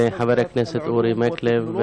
וחבר הכנסת אורי מקלב,